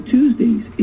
Tuesdays